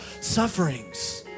Sufferings